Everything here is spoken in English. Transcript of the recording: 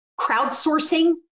crowdsourcing